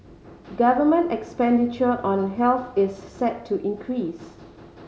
government expenditure on health is set to increase